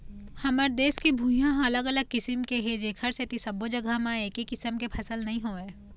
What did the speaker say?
हमर देश के भुइंहा ह अलग अलग किसम के हे जेखर सेती सब्बो जघा म एके किसम के फसल नइ होवय